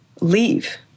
leave